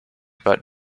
but